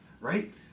right